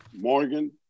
Morgan